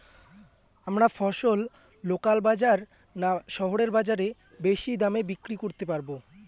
আমরা ফসল লোকাল বাজার না শহরের বাজারে বেশি দামে বিক্রি করতে পারবো?